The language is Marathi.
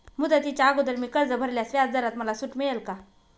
मुदतीच्या अगोदर मी कर्ज भरल्यास व्याजदरात मला सूट मिळेल का?